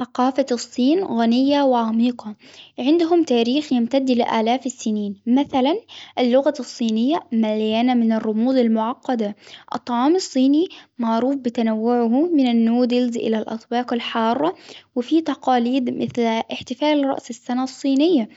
ثقافة الصين غنية وعميقة. عندهم تاريخ يمتد الى االآف السنين. مثلا اللغة الصينية مليانة من الرموز المعقدة. الطعام الصيني معروف بتنوعه من النودلز الى الاسواق الحارة. وفيه تقاليد مثل إحتفال رأس السنة الصينية